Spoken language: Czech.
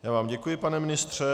Já vám děkuji, pane ministře.